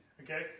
Okay